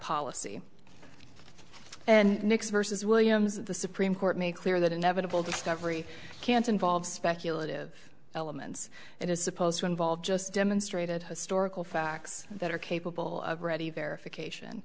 policy and nics versus williams the supreme court make clear that inevitable discovery can't involve speculative elements it is supposed to involve just demonstrated historical facts that are capable of ready verification